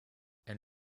elle